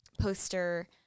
poster